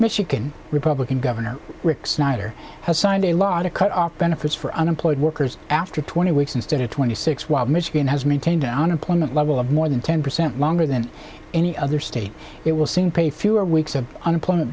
michigan republican governor rick snyder has signed a law to cut off benefits for unemployed workers after twenty weeks instead of twenty six while michigan has maintained an unemployment level of more than ten percent longer than any other state it will sing pay fewer weeks of unemployment